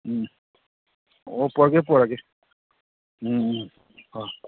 ꯎꯝ ꯑꯣ ꯄꯣꯔꯛꯑꯒꯦ ꯄꯣꯔꯛꯑꯒꯦ ꯎꯝ ꯎꯝ ꯍꯣꯏ